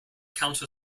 counter